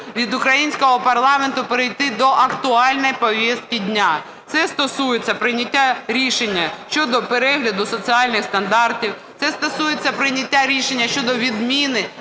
від українського парламенту перейти до актуальної повістки дня. Це стосується прийняття рішення щодо перегляду соціальних стандартів. Це стосується прийняття рішення щодо відміни